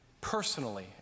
personally